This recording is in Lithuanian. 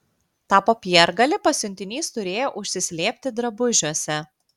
tą popiergalį pasiuntinys turėjo užsislėpti drabužiuose